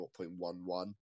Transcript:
0.11